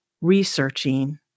researching